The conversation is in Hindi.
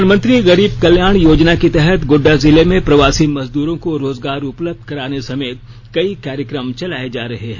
प्रधानमंत्री गरीब कल्याण योजना के तहत गोड़डा जिले में प्रवासी मजदूरों को रोजगार उपलब्ध कराने समेत कई कार्यक्रम चलाये जा रहे हैं